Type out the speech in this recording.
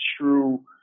true